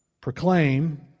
proclaim